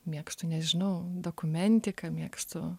mėgstu nežinau dokumentiką mėgstu